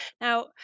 Now